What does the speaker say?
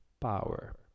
power